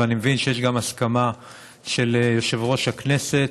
ואני מבין שיש גם הסכמה של יושב-ראש הכנסת.